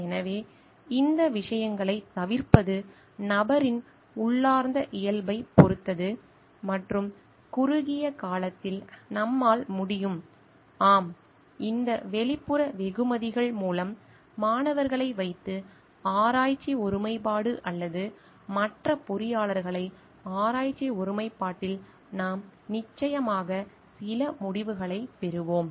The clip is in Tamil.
எனவே இந்த விஷயங்களைத் தவிர்ப்பது நபரின் உள்ளார்ந்த இயல்பைப் பொறுத்தது மற்றும் குறுகிய காலத்தில் நம்மால் முடியும் ஆம் இந்த வெளிப்புற வெகுமதிகள் மூலம் மாணவர்களை வைத்து ஆராய்ச்சி ஒருமைப்பாடு அல்லது மற்ற பொறியாளர்களை ஆராய்ச்சி ஒருமைப்பாட்டில் நாம் நிச்சயமாக சில முடிவுகளைப் பெறுவோம்